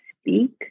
speak